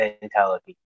mentality